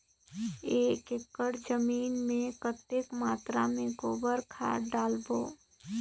एक एकड़ जमीन मे कतेक मात्रा मे गोबर खाद डालबो?